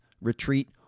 retreat